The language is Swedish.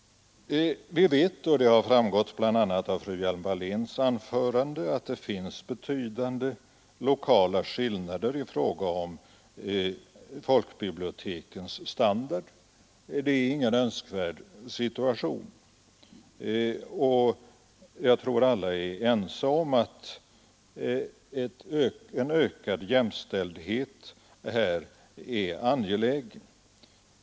Vi vet — och det framkom bl.a. i fru Hjelm-Walléns anförande — att det finns betydande lokala skillnader när det gäller folkbibliotekens standard. Det är ingen önskvärd situation, och jag tror att alla är ense om att en ökad jämställdhet där är angelägen.